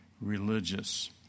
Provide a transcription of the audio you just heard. religious